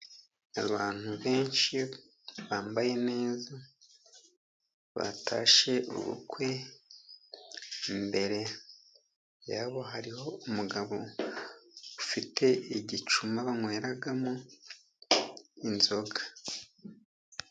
Abantu benshi bambaye neza batashye ubukwe, imbere yabo hariho umugabo ufite igicuma banyweramo inzoga.